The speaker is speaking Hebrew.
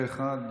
פה אחד.